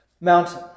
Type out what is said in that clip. mountain